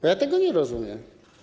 Bo ja tego nie rozumiem.